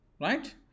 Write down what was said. right